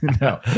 No